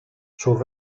sus